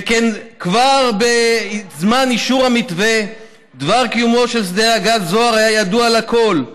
שכן כבר בזמן אישור המתווה דבר קיומו של שדה הגז זוהר היה ידוע לכול.